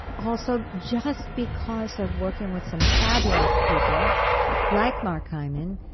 also, just because of working with some fabulous people like mark hymen,